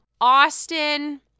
Austin